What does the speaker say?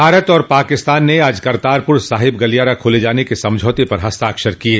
भारत और पाकिस्तान ने आज करतारपुर साहिब गलियारा खोल जाने के समझौते पर हस्ताक्षर किये